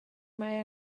mae